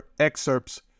excerpts